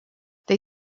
they